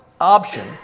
option